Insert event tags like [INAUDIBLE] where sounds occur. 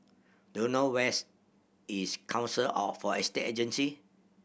do you know where's is Council [UNINTELLIGIBLE] Estate Agencies